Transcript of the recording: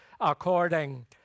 according